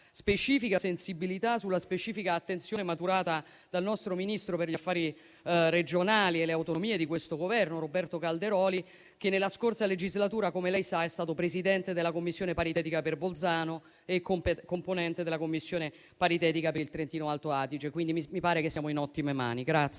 specifica sensibilità e sulla specifica attenzione maturata dal ministro per gli affari regionali e le autonomie di questo Governo, Roberto Calderoli, che nella scorsa legislatura - come lei sa - è stato Presidente della Commissione paritetica per Bolzano e componente della Commissione paritetica per il Trentino-Alto Adige. Quindi mi pare che siamo in ottime mani.